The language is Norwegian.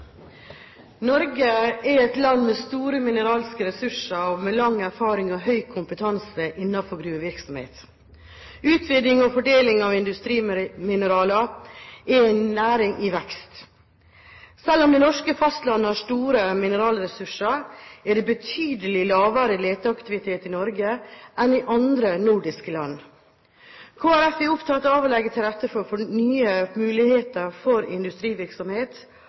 Norge er et land med store mineralske ressurser og med lang erfaring og høy kompetanse innenfor gruvevirksomhet. Utvinning og foredling av industrimineraler er en næring i vekst. Selv om det norske fastlandet har store mineralressurser, er det betydelig lavere leteaktivitet i Norge enn i andre nordiske land. Kristelig Folkeparti er opptatt av å legge til rette for nye muligheter for industrivirksomhet.